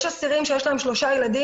יש אסירים שיש להם שלושה ילדים,